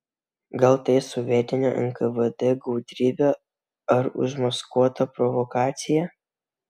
gal tai sovietinio nkvd gudrybė ar užmaskuota provokacija